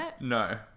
No